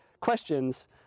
questions